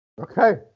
Okay